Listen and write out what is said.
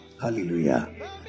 Hallelujah